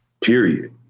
Period